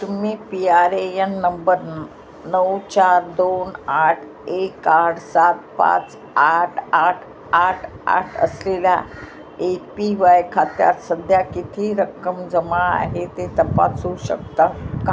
तुम्ही P R A N number नऊ चार दोन आठ एक आठ सात पाच आठ आठ आठ आठ असलेल्या ए पी वाय खात्यात सध्या किती रक्कम जमा आहे ते तपासू शकता का